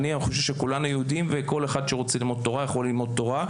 אני חושב שכולנו יהודים וכל אחד שרוצה ללמוד תורה יכול ללמוד תורה.